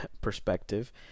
perspective